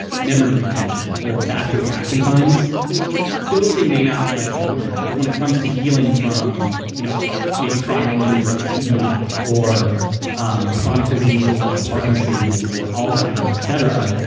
ah memory retention or faster reaction times dosing may not be as important. but when it comes to healing from you know maybe chronic injuries like a tbi or um chronic diseases like parkinson's or alzheimer's, et cetera,